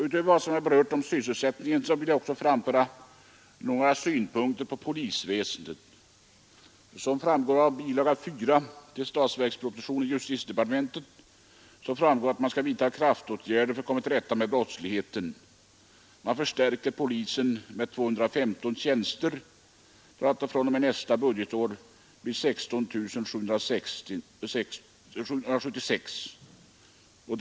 Utöver vad jag sagt om sysselsättningen vill jag framföra några synpunkter på polisväsendet. Som framgår av bilaga 4 till statsverkspropositionen — justitiedepartementet — skall kraftåtgärder vidtas för att komma till rätta med brottsligheten. Man förstärker polisen med 215 tjänster och får fr.o.m. nästa budgetår 16 776 tjänster.